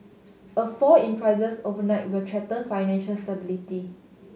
a fall in prices overnight will threaten financial stability